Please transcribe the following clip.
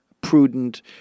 prudent